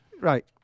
right